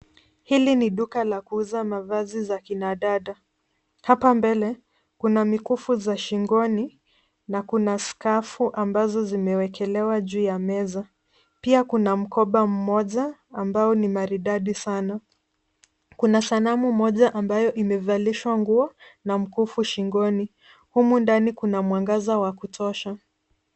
Hili ni duka la kuuza mavazi za kinadada. Hapa mbele, kuna mikufu za shingoni na kuna skafu ambazo zimewekelewa juu ya meza. Pia kuna mkoba mmoja ambao ni maridadi sana. Kuna sanamu moja ambayo imevalishwa nguo na mkufu shingoni. Humu ndani kuna mwangaza wa kutosha.